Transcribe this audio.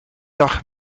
dag